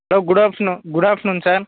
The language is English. hello good afternoon good afternoon sir